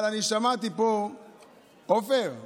עופר כסיף,